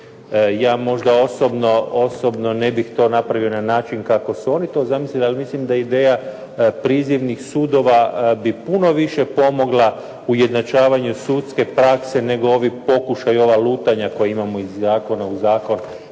Ja možda osobno ne bih to napravio na način kako su oni to zamislili, ali mislim da ideja prizivnih sudova bi puno više pomogla ujednačavanju sudske prakse nego ovi pokušaji i ova lutanja koja imamo iz zakona u zakon